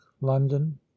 london